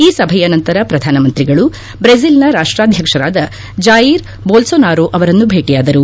ಈ ಸಭೆಯ ನಂತರ ಪ್ರಧಾನಮಂತ್ರಿಗಳು ಬ್ರೆಜಿಲ್ನ ರಾಷ್ಟಾದ್ದಕ್ಷರಾದ ಜಾಯೀರ್ ಬೋಲ್ಲೋನಾರೋ ಅವರನ್ನು ಭೇಟಿಯಾದರು